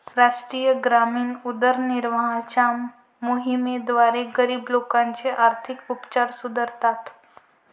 राष्ट्रीय ग्रामीण उदरनिर्वाहाच्या मोहिमेद्वारे, गरीब लोकांचे आर्थिक उपचार सुधारतात